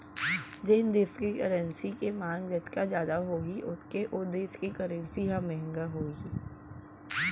जेन देस के करेंसी के मांग जतका जादा होही ओतके ओ देस के करेंसी ह महंगा होही